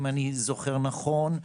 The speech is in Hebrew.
אם אני זוכר נכון,